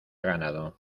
ganado